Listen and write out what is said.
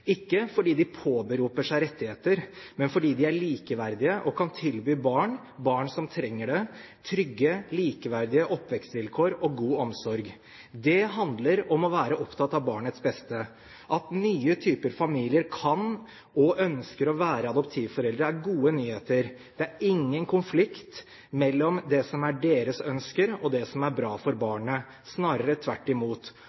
ikke fordi de påberoper seg rettigheter, men fordi de er likeverdige og kan tilby barn, barn som trenger det, trygge, likeverdige oppvekstvilkår og god omsorg. Det handler om å være opptatt av barnets beste. At nye typer familier kan være, og ønsker å være, adoptivforeldre, er gode nyheter. Det er ingen konflikt mellom det som er deres ønsker, og det som er bra for